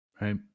Right